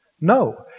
No